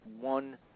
one